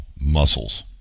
muscles